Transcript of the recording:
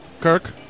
Kirk